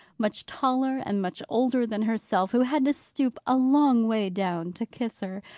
much taller and much older than herself, who had to stoop a long way down to kiss her.